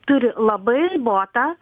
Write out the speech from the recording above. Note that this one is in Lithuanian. turi labai ribotą